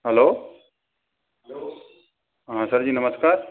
hello हाँ sir ji नमस्कार